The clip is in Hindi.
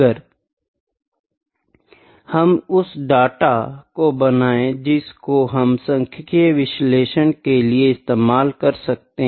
अगर हम उस डेटा को बनाये जिसको हम सांख्यिकीय विश्लेषण के लिए इस्तेमाल कर सकते है